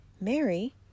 Mary